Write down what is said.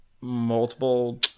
multiple